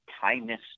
kindness